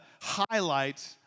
highlight